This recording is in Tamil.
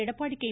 எடப்பாடி கே